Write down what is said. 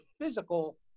physical